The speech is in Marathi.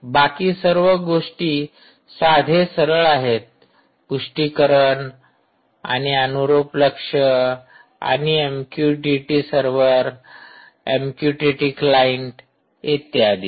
बाकी सर्व गोष्टी साधे सरळ आहेत पुष्टीकरण आणि अनुरुप लक्ष्य आणि एमक्यूटीटी सर्व्हर एमक्यूटीटी क्लाईंट इत्यादी